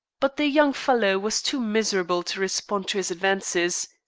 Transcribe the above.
but the young fellow was too miserable to respond to his advances.